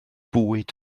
bwyd